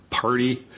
party